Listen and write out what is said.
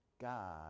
God